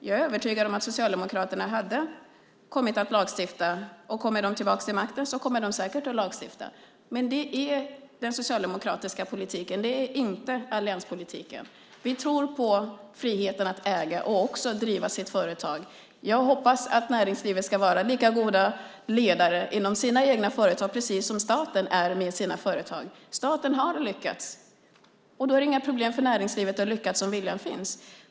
Jag är övertygad om att Socialdemokraterna skulle ha lagstiftat om detta, och om de kommer tillbaka till makten kommer de säkert att göra det. Men det är den socialdemokratiska politiken, det är inte allianspolitiken. Vi tror på friheten att äga och också driva sitt företag. Jag hoppas att näringslivet ska vara precis lika goda ledare inom sina egna företag som staten är inom sina företag. Staten har lyckats. Då är det inga problem för näringslivet att lyckas om viljan finns.